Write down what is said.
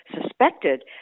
suspected